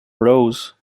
rose